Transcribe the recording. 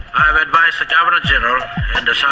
i've advised the governor general